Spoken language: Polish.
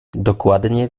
dokładnie